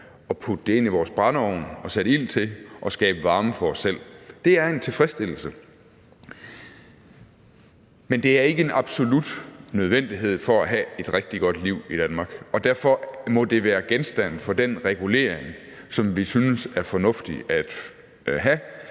og putte det ind i vores brændeovn og sætte ild til og skabe varme for os selv. Det er en tilfredsstillelse, men det er ikke en absolut nødvendighed for at have et rigtig godt liv i Danmark, og derfor må det være genstand for den regulering, som vi synes er fornuftig at have